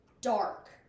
dark